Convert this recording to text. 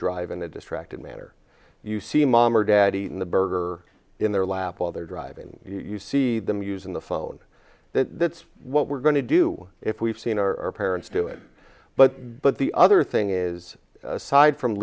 drive in a distracted manner you see mom or dad eating the burger in their lap while they're driving you see them using the phone that's what we're going to do if we've seen our parents do it but but the other thing is aside from